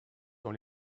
dans